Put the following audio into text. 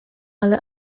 ale